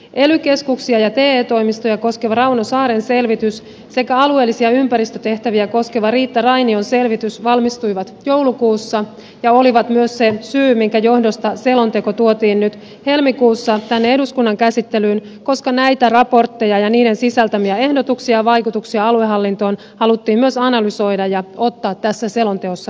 ely keskuksia ja te toimistoja koskeva rauno saaren selvitys sekä alueellisia ympäristötehtäviä koskeva riitta rainion selvitys valmistuivat joulukuussa ja olivat myös se syy minkä johdosta selonteko tuotiin nyt helmikuussa tänne eduskunnan käsittelyyn koska näitä raportteja ja niiden sisältämiä ehdotuksia ja vaikutuksia aluehallintoon haluttiin myös analysoida ja ottaa tässä selonteossa huomioon